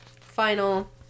final